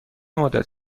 مدت